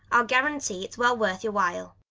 i'll guarantee it well worth your while.